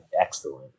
excellent